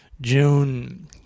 June